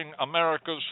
America's